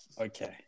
Okay